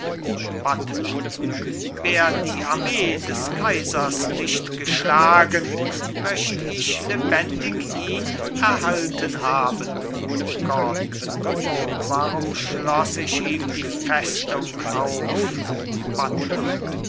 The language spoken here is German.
buttler wär die armee des kaisers nicht geschlagen möcht ich lebendig ihn erhalten haben gordon o warum schloß ich ihm die festung auf buttler